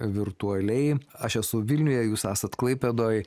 virtualiai aš esu vilniuje jūs esat klaipėdoj